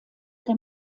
der